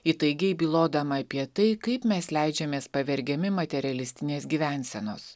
įtaigiai bylodama apie tai kaip mes leidžiamės pavergiami materialistinės gyvensenos